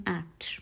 act